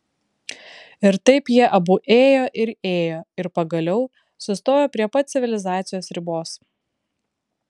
ir taip jie abu ėjo ir ėjo ir pagaliau sustojo prie pat civilizacijos ribos